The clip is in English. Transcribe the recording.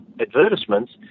advertisements